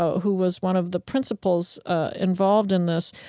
who was one of the principals involved in this,